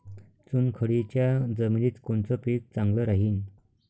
चुनखडीच्या जमिनीत कोनचं पीक चांगलं राहीन?